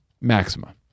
Maxima